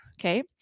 okay